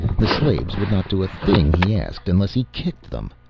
the slaves would not do a thing he asked unless he kicked them.